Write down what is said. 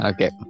Okay